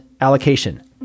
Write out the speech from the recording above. allocation